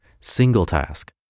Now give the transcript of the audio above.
single-task